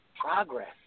progress